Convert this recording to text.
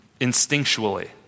instinctually